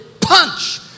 punch